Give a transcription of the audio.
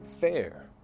fair